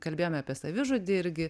kalbėjome apie savižudį irgi